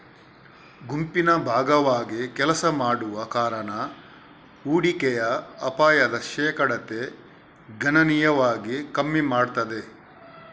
ಗುಂಪಿನ ಭಾಗವಾಗಿ ಕೆಲಸ ಮಾಡುವ ಕಾರಣ ಹೂಡಿಕೆಯ ಅಪಾಯದ ಶೇಕಡತೆ ಗಣನೀಯವಾಗಿ ಕಮ್ಮಿ ಮಾಡ್ತದೆ